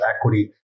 equity